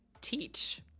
Teach